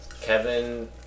Kevin